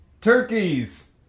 Turkeys